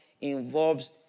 involves